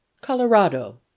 Colorado